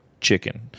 chicken